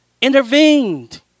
intervened